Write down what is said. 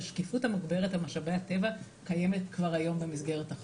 השקיפות המוגברת על משאבי הטבע קיימת כבר היום במסגרת החוק.